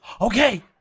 Okay